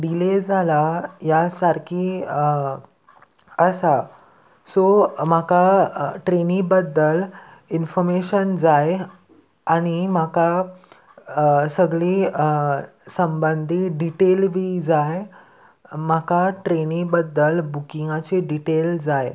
delay जाला या सारकी आसा सो म्हाका ट्रेनी बद्दल इन्फोर्मेशन जाय आनी म्हाका सगळी संबंदी डिटेल बी जाय म्हाका ट्रेनी बद्दल बुकिंगाची डिटेल जाय